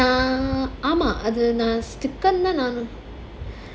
ah அம்மா அது:amma adhu